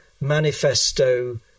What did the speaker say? manifesto